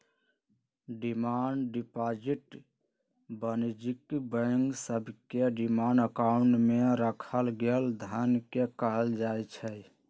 demand deposit वाणिज्यिक bank सभके demand account में राखल गेल धन के कहल जाइ छै